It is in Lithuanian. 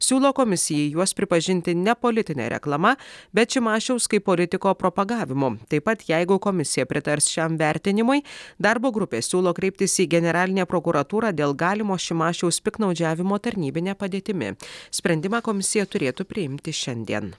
siūlo komisijai juos pripažinti ne politine reklama bet šimašiaus kaip politiko propagavimu taip pat jeigu komisija pritars šiam vertinimui darbo grupė siūlo kreiptis į generalinę prokuratūrą dėl galimo šimašiaus piktnaudžiavimo tarnybine padėtimi sprendimą komisija turėtų priimti šiandien